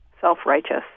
self-righteous